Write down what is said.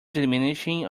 diminishing